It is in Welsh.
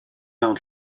mewn